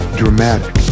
dramatic